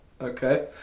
okay